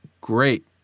great